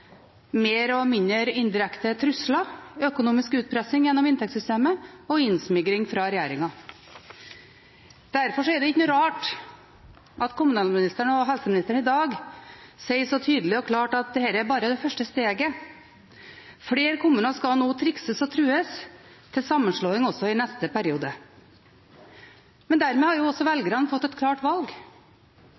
mer og mindre indirekte trusler, økonomisk utpressing gjennom inntektssystemet og innsmigring fra regjeringen. Derfor er det ikke noe rart at kommunalministeren og helseministeren i dag sier så tydelig og klart at dette bare er det første steget. Flere kommuner skal nå trikses og trues til sammenslåing også i neste periode. Men dermed har også velgerne fått et klart valg.